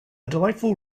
delightful